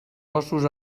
ossos